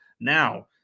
Now